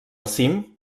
cim